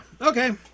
Okay